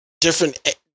Different